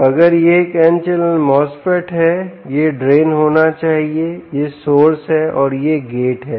तो अगर यह एक n चैनल MOSFET है यह ड्रेन होना चाहिए यह सोर्स है और यह गेट है